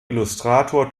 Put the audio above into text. illustrator